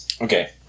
Okay